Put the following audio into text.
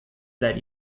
that